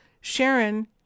Sharon